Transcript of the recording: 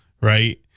Right